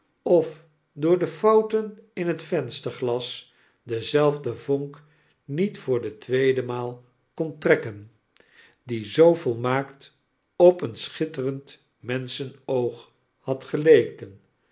of door de fouten in het vensterglas dezeifde vonk niet voor de tweede maal kon trekken die zoo volmaakt op een schitterend menschenoog had geleken